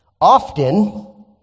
often